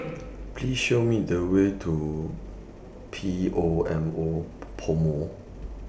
Please Show Me The Way to P O M O Pomo